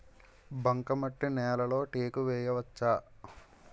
బంకమట్టి నేలలో టేకు వేయవచ్చా?